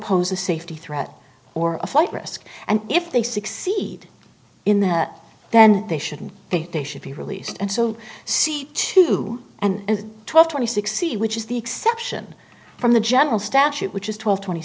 pose a safety threat or a flight risk and if they succeed in there then they shouldn't think they should be released and so see two and twelve twenty six see which is the exception from the general statute which is twelve twenty